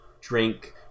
drink